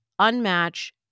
Unmatch